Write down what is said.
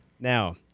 Now